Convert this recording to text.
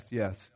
yes